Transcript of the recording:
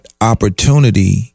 opportunity